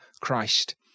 Christ